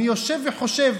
אני יושב וחושב